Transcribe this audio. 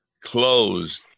closed